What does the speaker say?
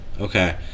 Okay